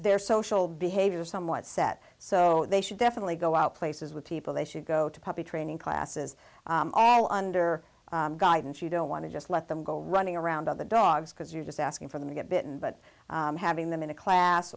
their social behavior is somewhat set so they should definitely go out places with people they should go to puppy training classes and under guidance you don't want to just let them go running around other dogs because you're just asking for them to get bitten but having them in a class